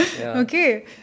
okay